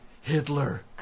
Hitler